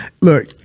Look